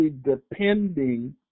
depending